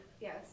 yes